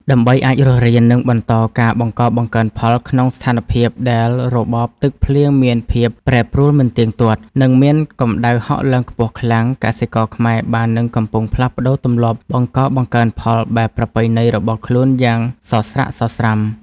ដើម្បីអាចរស់រាន និងបន្តការបង្កបង្កើនផលក្នុងស្ថានភាពដែលរបបទឹកភ្លៀងមានភាពប្រែប្រួលមិនទៀងទាត់ និងមានកម្ដៅហក់ឡើងខ្ពស់ខ្លាំង កសិករខ្មែរបាននិងកំពុងផ្លាស់ប្តូរទម្លាប់បង្កបង្កើនផលបែបប្រពៃណីរបស់ខ្លួនយ៉ាងសស្រាក់សស្រាំ។